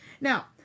Now